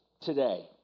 today